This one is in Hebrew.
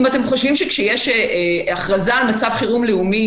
אם אתם חושבים שכשיש הכרזה על מצב חירום לאומי